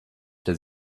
does